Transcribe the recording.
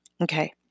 Okay